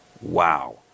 Wow